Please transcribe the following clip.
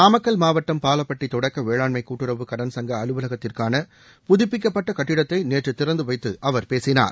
நாமக்கல் மாவட்டம் பாலப்பட்டி தொடக்க வேளாண்மை கூட்டுறவு கடன் சங்க அலுவலகத்திற்கான புதுப்பிக்கப்பட்ட கட்டடத்தை நேற்று திறந்து வைத்து அவர் பேசினார்